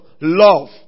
love